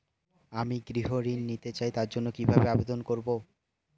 আমি গৃহ ঋণ নিতে চাই তার জন্য কিভাবে আবেদন করব?